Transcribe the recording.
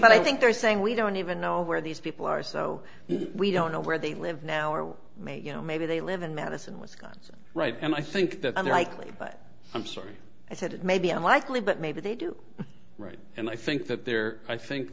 think i think they're saying we don't even know where these people are so we don't know where they live now or maybe you know maybe they live in madison wisconsin right and i think that unlikely but i'm sorry i said it may be unlikely but maybe they do right and i think that they're i think